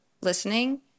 listening